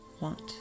want